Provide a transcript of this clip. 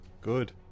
Good